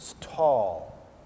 tall